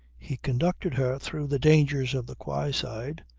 he conducted her through the dangers of the quayside.